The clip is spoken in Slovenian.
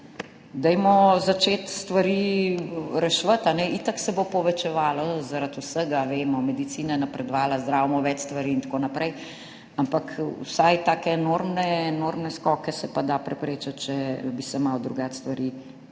Dajmo začeti stvari reševati. Itak se bo povečevalo zaradi vsega, vemo, medicina je napredovala, zdravimo več stvari in tako naprej, ampak vsaj take enormne enormne skoke se pa da preprečiti, če bi se malo drugače stvari